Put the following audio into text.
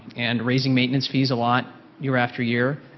and raising maintenance fees a lot year after year,